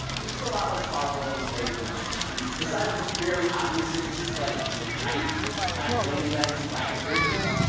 which is a lot less powerful than today's merlin one d. besides the fairly obvious differences like in height, and lack of landings legs, lack of grid fins,